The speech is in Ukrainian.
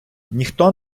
ніхто